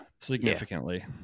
Significantly